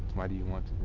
why do you want